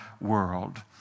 world